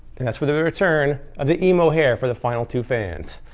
and that's with the the return of the emo hair for the final two fans.